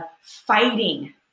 fighting